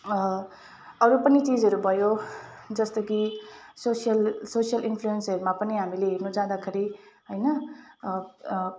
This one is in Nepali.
अरू पनि चिजहरू भयो जस्तो कि सोसियल सोसियल इन्फ्लुएन्सहरूमा पनि हामीले हेर्नु जाँदाखेरि होइन